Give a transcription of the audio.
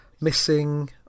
missing